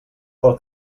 pel